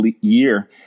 year